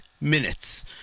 minutes